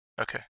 Okay